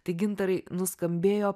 tai gintarai nuskambėjo